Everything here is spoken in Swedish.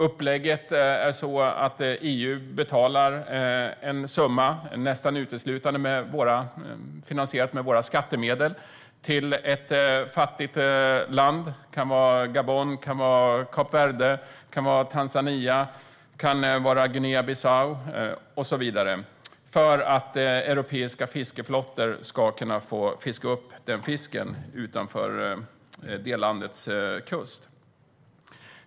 Upplägget är så att EU betalar en summa, nästan uteslutande finansierat med våra skattemedel, till ett fattigt land - det kan vara Gabon, Kap Verde, Tanzania, Guinea-Bissau och så vidare - för att europeiska fiskeflottor ska få fiska upp fisken utanför landets kust.